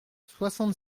soixante